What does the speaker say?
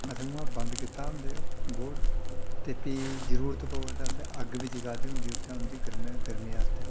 असें उ'आं बंद कीते दे होंदे ओह् गोढ ते भी जरूरत पवै तां असें अग्ग बी जगाई दी होंदी उत्थै उं'दी गर्मी गर्मी आस्तै